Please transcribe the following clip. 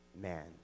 man